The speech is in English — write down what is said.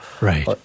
Right